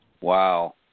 Wow